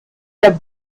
der